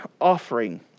offering